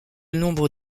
nombre